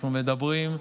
אנחנו מדברים,